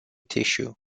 tissue